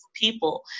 people